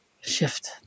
shift